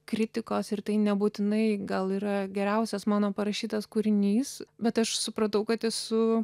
kritikos ir tai nebūtinai gal yra geriausias mano parašytas kūrinys bet aš supratau kad esu